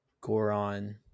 goron